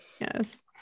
yes